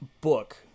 book